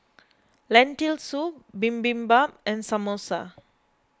Lentil Soup Bibimbap and Samosa